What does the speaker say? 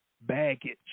baggage